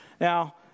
Now